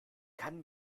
kann